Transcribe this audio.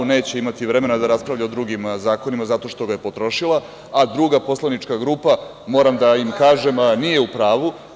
Neće imati vremena da raspravlja o drugim zakonima, zato što ga je potrošila, a druga poslanička grupa, moram da im kažem, nije u pravu.